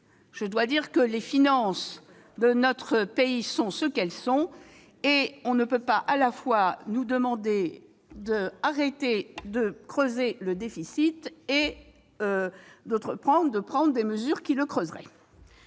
mais les finances de notre pays sont ce qu'elles sont : on ne peut pas nous demander à la fois d'arrêter de creuser le déficit et de prendre des mesures qui le creuseraient